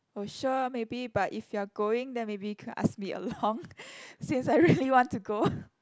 oh sure maybe but if you're going then maybe you could ask me along since I really want to go